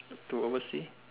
to overseas